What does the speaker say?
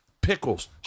pickles